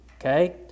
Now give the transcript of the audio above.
Okay